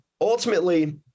ultimately